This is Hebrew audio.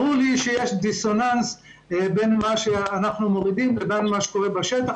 ברור לי שיש דיסוננס בין מה שאנחנו מורידים לבין מה שקורה בשטח.